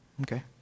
Okay